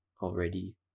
already